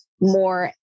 more